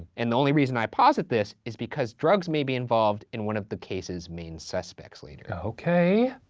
and the only reason i posit this, is because drugs may be involved in one of the case's main suspects, later. okay.